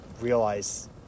realize